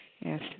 Yes